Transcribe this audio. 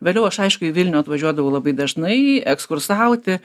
vėliau aš aišku į vilnių atvažiuodavau labai dažnai ekskursauti